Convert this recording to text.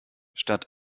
statt